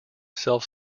self